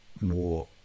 more